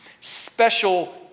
Special